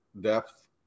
depth